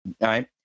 right